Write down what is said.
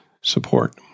support